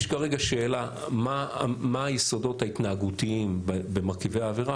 יש כרגע שאלה מה היסודות ההתנהגותיים במרכיבי העבירה